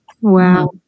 Wow